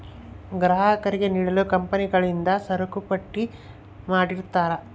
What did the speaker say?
ಗ್ರಾಹಕರಿಗೆ ನೀಡಲು ಕಂಪನಿಗಳಿಂದ ಸರಕುಪಟ್ಟಿ ಮಾಡಿರ್ತರಾ